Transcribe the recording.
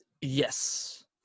Yes